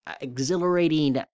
exhilarating